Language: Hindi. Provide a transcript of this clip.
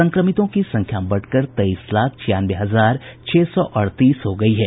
संक्रमितों की संख्या बढ़कर तेईस लाख छियानवे हजार छह सौ अड़तीस हो गयी है